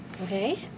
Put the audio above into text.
Okay